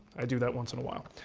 i do that once in a while.